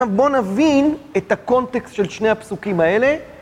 עכשיו בואו נבין את הקונטקסט של שני הפסוקים האלה.